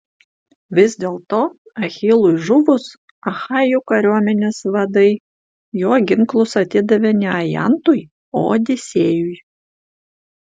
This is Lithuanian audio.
vis dėlto achilui žuvus achajų kariuomenės vadai jo ginklus atidavė ne ajantui o odisėjui